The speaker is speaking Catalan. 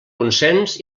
consens